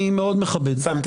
אני מאוד מכבד.